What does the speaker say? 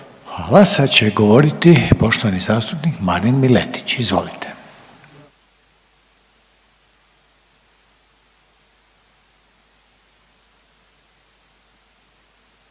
Hvala. Sad će govoriti poštovani zastupnik Marin Miletić. Izvolite.